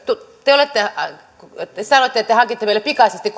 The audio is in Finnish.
te sanoitte että te hankitte meille pikaisesti